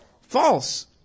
False